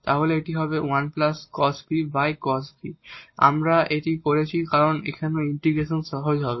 তাহলেই এটি হবে আমরা এটা করেছি কারণ এখন ইন্টিগ্রেশন সহজ হবে